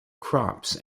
crops